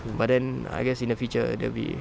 but then I guess in the future there'd be